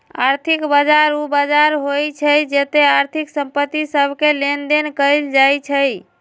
आर्थिक बजार उ बजार होइ छइ जेत्ते आर्थिक संपत्ति सभके लेनदेन कएल जाइ छइ